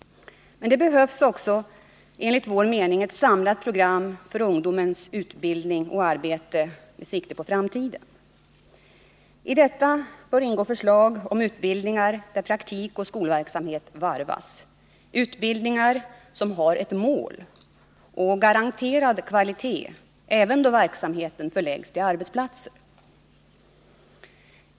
Men det behövs enligt vår mening också ett samlat program för uhgdomens utbildning och arbete. I detta bör ingå förslag om utbildningar där praktik och skolverksamhet varvas, utbildningar som har ett mål och garanterad kvalitet även då verksamheten är förlagd till arbetsplatser.